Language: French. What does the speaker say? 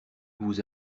vous